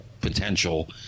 potential